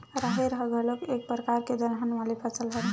राहेर ह घलोक एक परकार के दलहन वाले फसल हरय